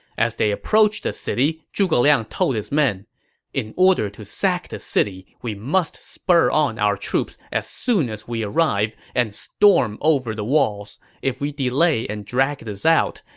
as they approached the city, zhuge liang told his men in order to sack the city, we must spur on our troops as soon as we arrive and storm over the walls. if we delay and drag this out,